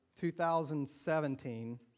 2017